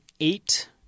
eight